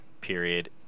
period